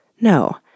no